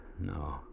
No